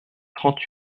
trente